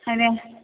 അതിന്